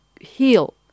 heal